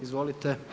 Izvolite.